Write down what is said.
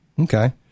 Okay